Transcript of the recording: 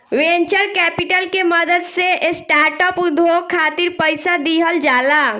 venture capital के मदद से स्टार्टअप उद्योग खातिर पईसा दिहल जाला